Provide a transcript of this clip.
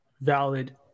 valid